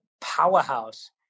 powerhouse